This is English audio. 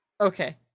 okay